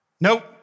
Nope